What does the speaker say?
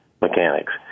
mechanics